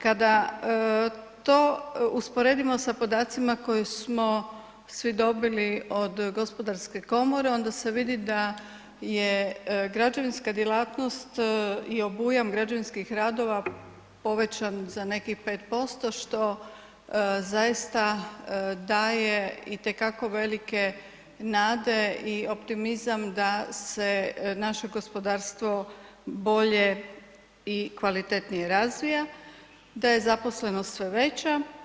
Kada to usporedimo sa podacima koje smo svi dobili od Gospodarske komore onda se vidi da je građevinska djelatnost i obujam građevinskih radova povećan za nekih 5% što zaista daje itekako velike nade i optimizam da se naše gospodarstvo bolje i kvalitetnije razvija, da je zaposlenost sve veća.